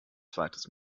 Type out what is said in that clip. zweites